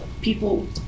people